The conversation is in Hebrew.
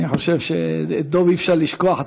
את דב אי-אפשר לשכוח,